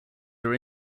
are